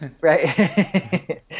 Right